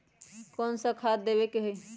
कोन सा खाद देवे के हई?